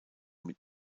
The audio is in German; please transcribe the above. mit